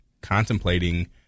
contemplating